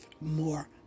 more